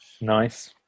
Nice